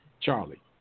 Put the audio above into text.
Charlie